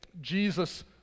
Jesus